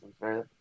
right